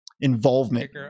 involvement